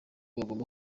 bagomba